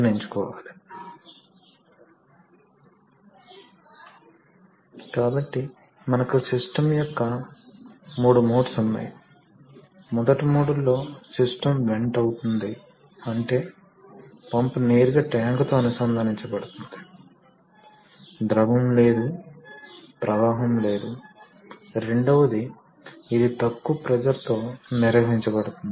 ఎందుకంటే వాటికి inbuilt lubricate లేదు ఇక్కడ మనకు ఇన్బిల్ట్ లూబ్రికేట్ ఉంది ఇది పవర్ ప్రసారానికి ఉపయోగించే ద్రవం అప్పుడు కూడా ఫ్రిక్షన్ కారణంగా కొంత వేడి ఉత్పత్తి అవుతుంది మరియు అందువల్ల భాగాలు చల్లబరచాల్సిన అవసరం ఉంది ఎందుకంటే అపారమైన ప్రెషర్ ఉంది మరియు ద్రవం కూడా భాగాలను చల్లబరుస్తుంది మరియు రెండవది కలుషితాలను కూడా తొలగిస్తుంది